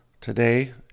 today